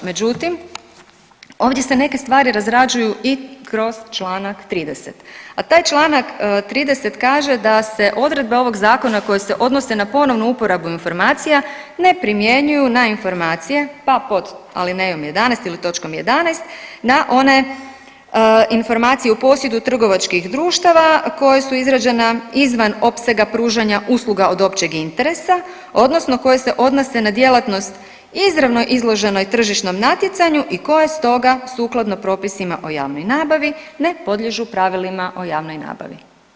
Međutim, ovdje se neke stvari razrađuju i kroz Članak 30, a taj Članak 30. kaže da se odredbe ovog zakona koje se odnose na ponovnu uporabu informacije ne primjenjuju na informacije, pa pod alinejom 11. ili točkom 11. na one informacije u posjedu trgovačkih društava koje su izrađena izvan opsega pružanja usluga od općeg interesa odnose koje se odnose na djelatnost izravno izloženoj tržišnom natjecanju i koje stoga sukladno propisima o javnoj nabavi ne podliježu pravilima o javnoj nabavi.